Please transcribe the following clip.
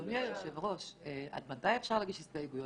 אדוני היושב ראש, עד מתי אפשר להציע הסתייגויות?